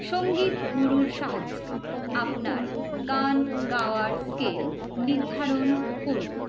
সঙ্গীত গুরুর সাহায্যে আপনার গান গাওয়ার স্কেল নির্ধারণ করুন